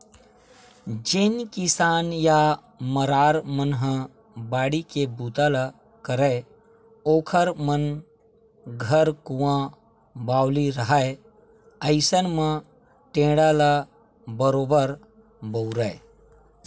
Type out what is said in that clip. जेन किसान या मरार मन ह बाड़ी के बूता ल करय ओखर मन घर कुँआ बावली रहाय अइसन म टेंड़ा ल बरोबर बउरय